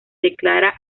declara